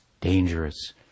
dangerous